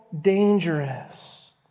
dangerous